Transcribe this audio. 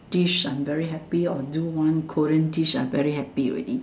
dish I'm very happy or do one Korean dish I very happy already